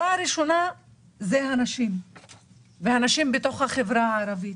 הנשים בתוך החברה הערבית.